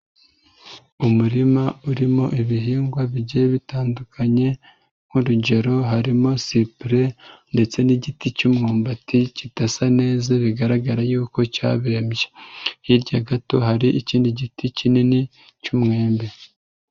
Umurima urimo ibihingwa bigiye bitandukanye nk'urugero harimo sipure ndetse n'igiti cy'ummbati kidasa neza bigaragara yuko cyabembye. Hirya gato hari ikindi giti kinini cy'umwembe.